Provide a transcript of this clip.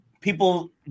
people